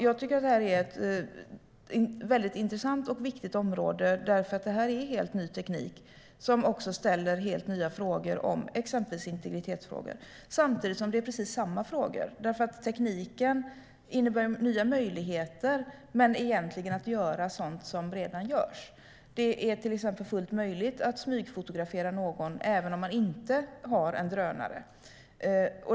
Detta är ett intressant och viktigt område. Det är helt ny teknik som ställer helt nya frågor om exempelvis integritet. Frågorna är egentligen desamma som tidigare - tekniken innebär bara nya möjligheter att göra sådant som redan har gjorts förut. Det är exempelvis fullt möjligt att smygfotografera någon även om man inte har en drönare.